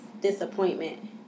disappointment